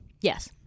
Yes